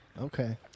Okay